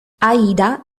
aida